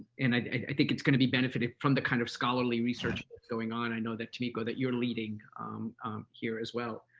and i think it's going to be benefited from the kind of scholarly research going on. i know that tomiko, you're leading here, as well.